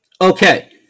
Okay